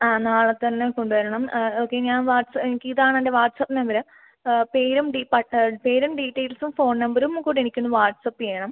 ആ നാളത്തന്നെ കൊണ്ട് വരണം ഓക്കെ ഞാൻ ഇതാണെന്റെ വാട്ട്സപ് നമ്പര് പേരും പേരും ഡീറ്റെയിൽസും ഫോൺ നമ്പരുംകൂടെ എനിക്കൊന്ന് വാട്ട്സപ്പ് ചെയ്യണം